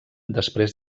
després